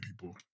people